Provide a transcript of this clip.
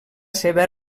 seva